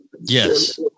Yes